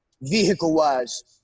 Vehicle-wise